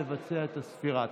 בבקשה לבצע את הספירה.